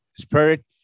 spirit